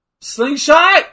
Slingshot